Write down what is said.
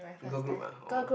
girl group ah or